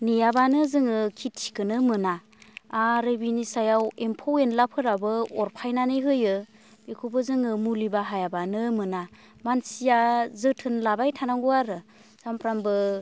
नेयाबानो जोङो खेथिखौनो मोना आरो बेनि सायाव एम्फौ एनलाफोराबो अरफायनानै होयो बेखौबो जोङो मुलि बाहायाबानो मोना मानसिया जोथोन लाबाय थानांगौ आरो सानफ्रोमबो